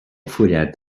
follet